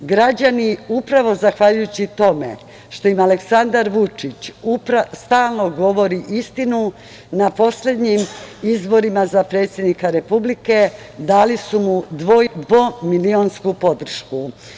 Građani upravo zahvaljujući tome što im Aleksandar Vučić stalno govori istinu, na poslednjim izborima za predsednika Republike dali su mu dvomilionsku podršku.